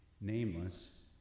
nameless